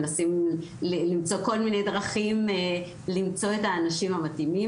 מנסים למצוא כל מיני דרכים למצוא את האנשים המתאימים